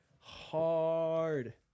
Hard